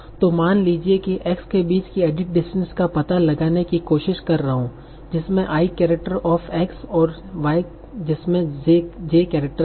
तो मान लीजिए कि X के बीच की एडिट डिस्टेंस का पता लगाने की कोशिश कर रहा हूं जिसमे i केरेक्टर ऑफ़ X और Y जिसमे j केरेक्टर हैं